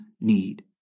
need